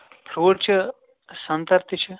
ژوٗنٛٹھۍ چھِ سَنٛگتر تہِ چھِ